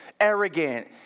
Arrogant